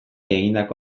egindako